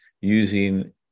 using